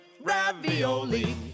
ravioli